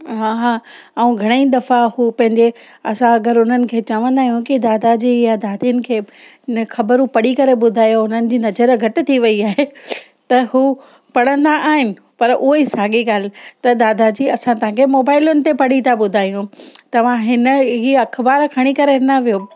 हा हा ऐं घणेई दफ़ा हूं पंहिंजे असां अगरि हुननि खे चवंदा आहियूं की दादा जी ऐं दादियुनि खे न ख़बरूं पढ़ी करे ॿुधायो हुननि जी नज़र घटि थी वई आहे त हू पढ़ंदा आहिनि पर उहो ई साॻी ॻाल्हि त दादा जी असां तव्हांखे मोबाइलुनि ते पढ़ी था ॿुधायूं तव्हां हिन हीउ अख़बार खणी करे न विहो